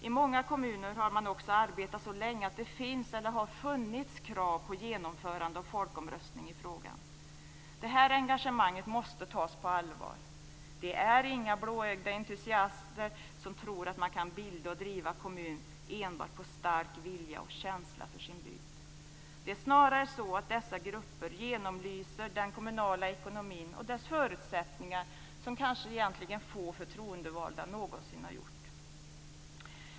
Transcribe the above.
I många kommuner har man också arbetat så länge att det finns, eller har funnits, krav på genomförande av folkomröstning i frågan. Detta engagemang måste tas på allvar. Det är inte fråga om blåögda entusiaster som tror att man kan bilda och driva kommuner enbart på en stark vilja och känsla för sin bygd. Det är snarare så att dessa grupper genomlyser den kommunala ekonomin och dess förutsättningar, något som kanske egentligen få förtroendevalda någonsin har gjort.